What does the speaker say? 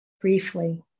briefly